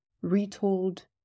retold